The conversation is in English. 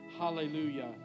Hallelujah